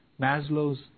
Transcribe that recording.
Maslow's